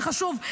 זה חשוב.